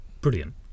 brilliant